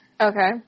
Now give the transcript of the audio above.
Okay